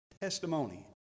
testimony